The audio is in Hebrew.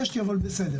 המשטרה.